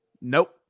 Nope